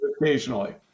occasionally